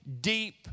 deep